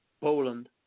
Poland